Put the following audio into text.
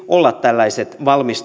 olla tällaiset